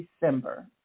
December